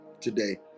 today